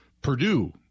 Purdue